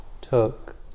took